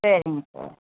சரிங்க சார்